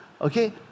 okay